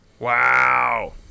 Wow